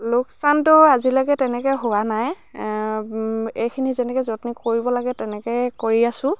লোকচানটো আজিলৈকে তেনেকৈ হোৱা নাই এইখিনি যেনেকৈ যত্ন কৰিব লাগে তেনেকৈয়ে কৰি আছো